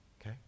okay